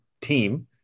team